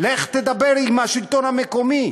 לך תדבר עם השלטון המקומי.